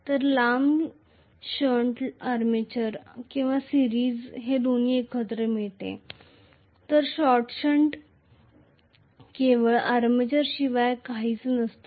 तर लांब shunt armature आणि सिरिज दोन्ही एकत्र मिळते तर शॉर्ट शंट केवळ आर्मेचरशिवाय काहीच नसतो